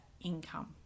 income